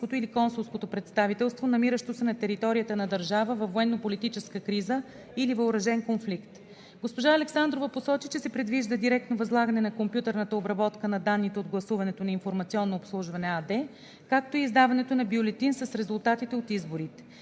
или консулското представителство, намиращо се на територията на държава във военнополитическа криза или въоръжен конфликт. Госпожа Александрова посочи, че се предвижда директно възлагане на компютърната обработка на данните от гласуването на „Информационно обслужване“ АД, както и издаването на бюлетин с резултатите от изборите.